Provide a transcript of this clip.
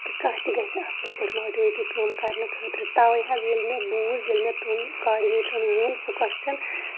تہٕ کانہہ تہِ گژھِ ماٹویٹ یہِ کٲم کرنہٕ خٲطرٕ توے حظ ییٚلہِ مےٚ بوٗز ییٚلہِ مےٚ تہنٛد کوڈنیٹرن ووٚن سُہ کوسچن